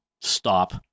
stop